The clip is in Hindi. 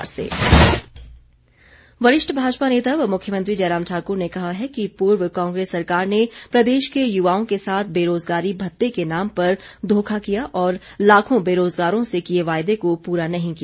जयराम वरिष्ठ भाजपा नेता व मुख्यमंत्री जयराम ठाकुर ने कहा है कि पूर्व कांग्रेस सरकार ने प्रदेश के युवाओं के साथ बेरोजगारी भत्ते के नाम पर धोखा किया और लाखों बेरोजगारों से किए वायदे को पूरा नहीं किया